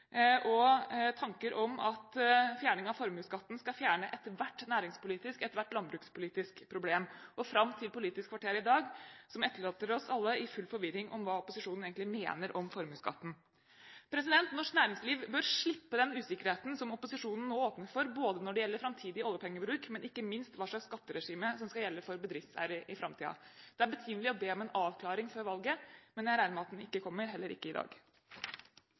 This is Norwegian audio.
og tanker om at fjerning av formuesskatten skal fjerne ethvert næringspolitisk og landbrukspolitisk problem, og videre fram til Politisk kvarter i dag, som etterlot oss alle i full forvirring om hva opposisjonen egentlig mener om formuesskatten. Norsk næringsliv bør slippe den usikkerheten som opposisjonen nå åpner for når det gjelder både framtidig oljepengebruk og ikke minst hva slags skatteregime som skal gjelde for bedriftseiere i framtiden. Det er betimelig å be om en avklaring før valget, men jeg regner med at den ikke kommer – heller ikke i dag.